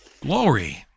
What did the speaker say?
glory